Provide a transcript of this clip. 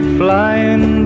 flying